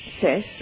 says